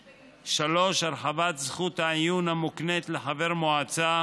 3. הרחבת זכות העיון המוקנית לחבר מועצה